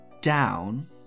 down